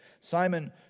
Simon